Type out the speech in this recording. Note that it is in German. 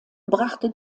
brachte